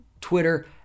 twitter